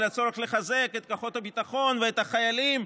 על הצורך לחזק את כוחות הביטחון ואת החיילים,